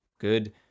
good